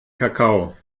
kakao